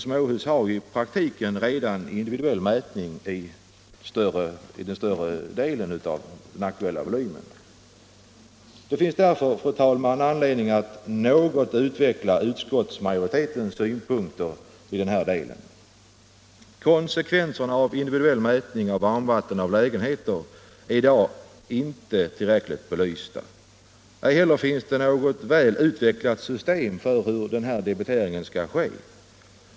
Småhus har i praktiken redan individuell mätning till nästan 100 96. Det finns därför, fru talman, anledning att något utveckla utskottsmajoritetens synpunkter i denna del. Konsekvenserna av individuell mätning av varmvatten i lägenheter är i dag inte tillräckligt belysta. Ej heller finns något väl utvecklat system för hur debiteringen skall ske.